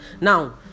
now